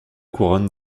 couronne